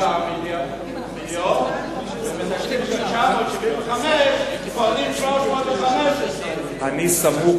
מיליון ובתקציב של 975 מורידים 315. איפה השוויוניות?